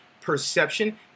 Perception